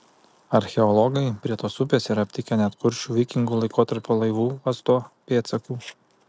archeologai prie tos upės yra aptikę net kuršių vikingų laikotarpio laivų uosto pėdsakų